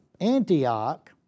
Antioch